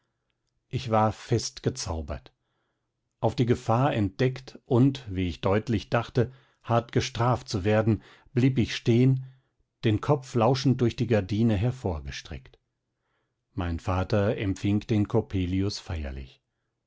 ich war fest gezaubert auf die gefahr entdeckt und wie ich deutlich dachte hart gestraft zu werden blieb ich stehen den kopf lauschend durch die gardine hervorgestreckt mein vater empfing den coppelius feierlich